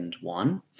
one